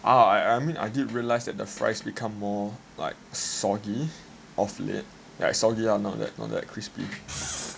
orh I mean I did realize that the fries become more like soggy of late like soggy ah not that not that crispy